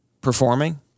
performing